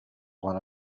one